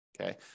okay